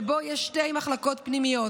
ובו יש שתי מחלקות פנימיות.